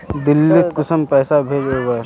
दिल्ली त कुंसम पैसा भेज ओवर?